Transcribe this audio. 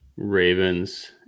Ravens